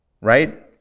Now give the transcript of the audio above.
right